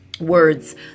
words